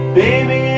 baby